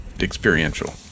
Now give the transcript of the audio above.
experiential